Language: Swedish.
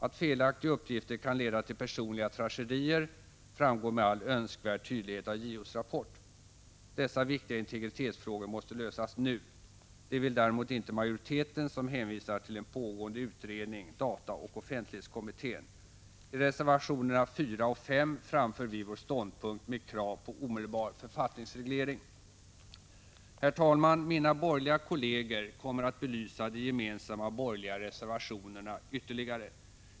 Att felaktiga uppgifter kan leda till personliga tragedier framgår med all önskvärd tydlighet av JO:s rapport. Dessa viktiga integritetsfrågor måste lösas nu. Det vill däremot inte majoriteten, som hänvisar till en pågående utredning, dataoch offentlighetskommittén. I reservationerna 4 och 5 framför vi vår ståndpunkt med krav på omedelbar författningsreglering. Herr talman! Mina borgerliga kolleger kommer att belysa de gemensamma borgerliga reservationerna ytterligare.